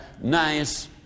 nice